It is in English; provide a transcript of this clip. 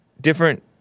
different